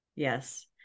Yes